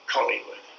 Collingwood